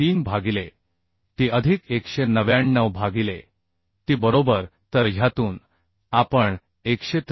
83 भागिले t अधिक 199 भागिले t बरोबर तर ह्यातून आपण 193